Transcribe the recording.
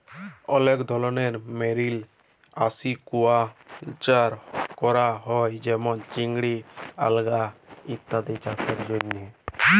অলেক ধরলের মেরিল আসিকুয়াকালচার ক্যরা হ্যয়ে যেমল চিংড়ি, আলগা ইত্যাদি চাসের জন্হে